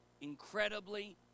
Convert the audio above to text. incredibly